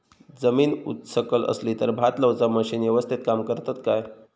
जमीन उच सकल असली तर भात लाऊची मशीना यवस्तीत काम करतत काय?